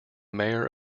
mayor